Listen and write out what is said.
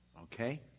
Okay